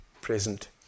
present